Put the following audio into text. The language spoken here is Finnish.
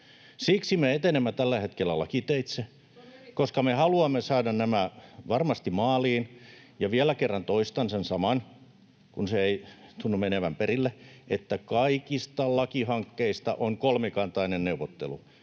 Siksi me etenemme tällä hetkellä lakiteitse, [Li Andersson: Suomen Yrittäjät!] koska me haluamme saada nämä varmasti maaliin. Ja vielä kerran toistan sen saman, kun se ei tunnu menevän perille, että kaikista lakihankkeista on kolmikantainen neuvottelu.